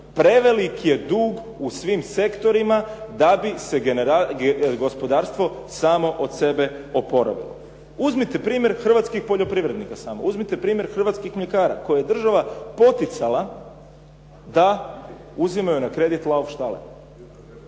Preveliki je dug u svim sektorima da bi se gospodarstvo samo od sebe oporavilo. Uzmite primjer hrvatskih poljoprivrednika samo, uzmite primjer hrvatskih mljekara koje je država poticala da uzimaju na kredit laufštale